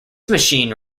machine